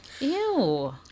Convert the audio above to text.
Ew